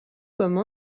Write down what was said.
comme